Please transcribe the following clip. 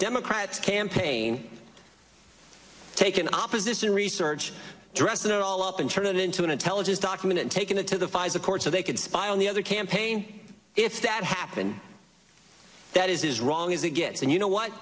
democrats campaign take an opposition research dress it all up and turn it into an intelligence document and taken it to the pfizer court so they could spy on the other campaign if that happened that is wrong as it gets and you know what